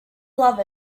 love